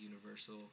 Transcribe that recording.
universal